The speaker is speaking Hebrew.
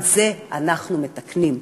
את זה אנחנו מתקנים.